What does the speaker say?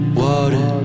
water